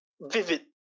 vivid